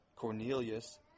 Cornelius